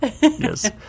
Yes